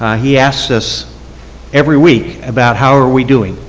he asks us every week about how are we doing?